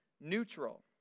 neutral